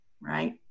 right